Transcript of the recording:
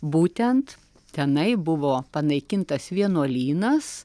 būtent tenai buvo panaikintas vienuolynas